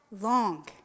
long